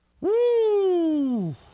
Woo